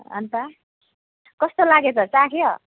अन्त कस्तो लाग्यो त चाख्यौ